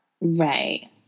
Right